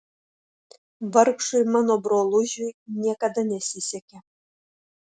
vargšui mano brolužiui niekada nesisekė